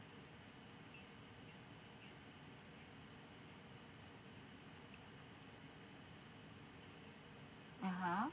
(uh huh)